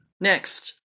Next